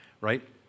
right